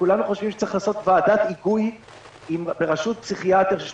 שצריך לעשות ועדת היגוי בראשות פסיכיאטר שיש